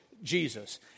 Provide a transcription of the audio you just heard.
Jesus